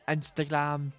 Instagram